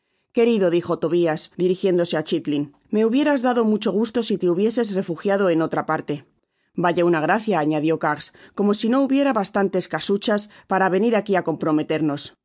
querido dijo tobias dirijiéndose á ghitling me hubieras dado mucho gusto si te hubieses refugiado eu otra parte vaya una grada añadió kags como si no hubiera bastantes camehas para venir aqui á comprometernos me